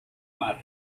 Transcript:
mar